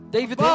David